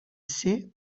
ser